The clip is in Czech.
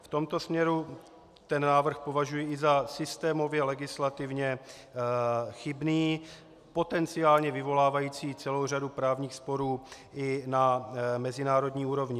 V tomto směru považuji návrh za systémově legislativně chybný, potenciálně vyvolávající celou řadu právních sporů i na mezinárodní úrovni.